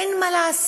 אין מה לעשות,